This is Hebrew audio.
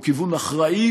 הוא כיוון אחראי.